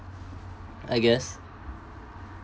I guess